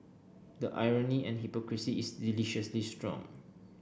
the irony and hypocrisy is deliciously strong